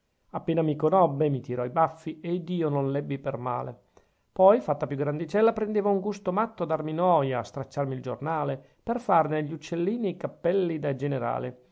appena mi conobbe mi tirò i baffi ed io non l'ebbi per male poi fatta più grandicella prendeva un gusto matto a darmi noia a stracciarmi il giornale per farne gli uccellini e i cappelli da generale